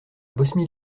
bosmie